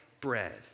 bread